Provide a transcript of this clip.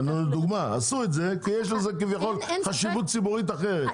אז רשות ציבורית אחרת,